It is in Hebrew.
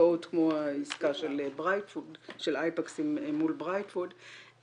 לעסקאות כמו העסקה של אייפקס מול ברייט פוד,